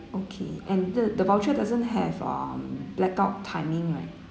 okay and the the voucher doesn't have um blackout timing right